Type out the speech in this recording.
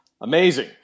amazing